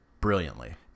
brilliantly